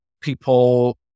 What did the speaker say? people